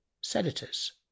senators